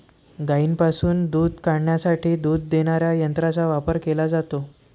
गायींपासून दूध काढण्यासाठी दूध देणाऱ्या यंत्रांचा वापर केला जातो